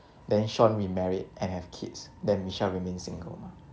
then shaun remarried and have kids then michelle remain single mah